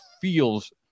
feels